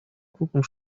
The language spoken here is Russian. крупным